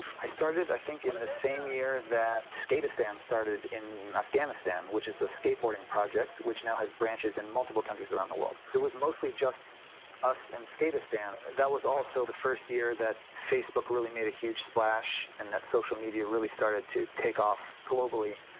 i started i think in in the same year that skateistan started in afghanistan, which is a skateboarding project which now has branches in multiple countries around the world. it was mostly just us and skateistan. that was also the first year that facebook really made a huge splash and social media really started to take off globally.